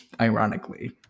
ironically